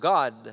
God